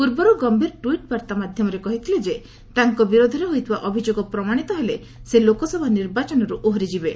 ପୂର୍ବରୁ ଗୟୀର ଟୁଇଟ୍ ବାର୍ତ୍ତା ମାଧ୍ୟମରେ କହିଥିଲେ ଯେ ତାଙ୍କ ବିରୋଧରେ ହୋଇଥିବା ଅଭିଯୋଗ ପ୍ରମାଣିତ ହେଲେ ସେ ଲୋକସଭା ନିର୍ବାଚନରୁ ଓହରିଯିବେ